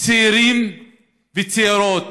צעירים וצעירות,